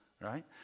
right